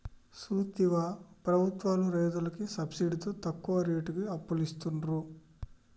సూత్తివా ప్రభుత్వాలు రైతులకి సబ్సిడితో తక్కువ రేటుకి అప్పులిస్తున్నరు